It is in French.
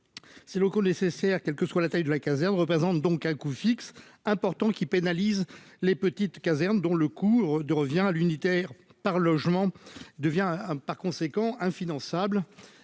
le locaux nécessaire, quelle que soit la taille de la caserne représente donc un coût fixe importants qui pénalise les petites casernes, dont le coût de revient l'unitaire par logement devient hein, par conséquent, infinançables